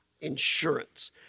insurance